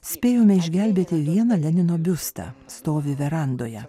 spėjome išgelbėti vieną lenino biustą stovi verandoje